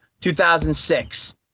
2006